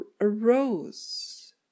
arose